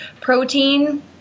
protein